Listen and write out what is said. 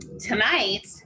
tonight